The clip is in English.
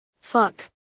Fuck